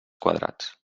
quadrats